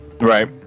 right